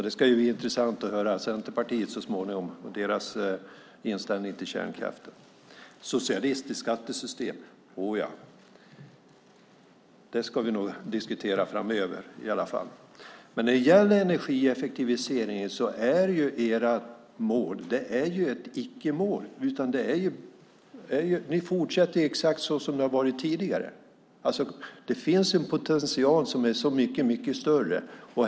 Det ska bli intressant att så småningom höra Centerpartiets inställning till kärnkraften. Socialistiskt skattesystem - åja, det ska vi nog diskutera framöver. När det gäller energieffektiviseringen är ju ert mål ett icke-mål. Ni fortsätter exakt så som det har varit tidigare. Det finns en potential som är mycket större.